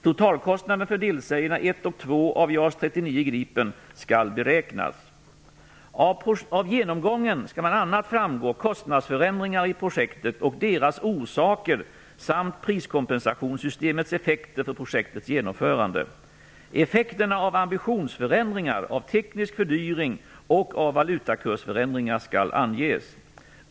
Totalkostnaden för delserierna 1 Av genomgången skall bl.a. framgå kostnadsförändringar i projektet och deras orsaker samt priskompensationssystemets effekter för projektets genomförande. Effekterna av ambitionsförändringar, av teknisk fördyring och av valutakursförändringar skall anges.